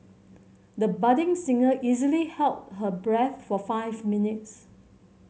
the budding singer easily held her breath for five minutes